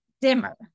dimmer